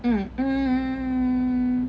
mm mm